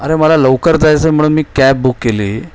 अरे मला लवकर जायचं आहे म्हणून मी कॅब बुक केली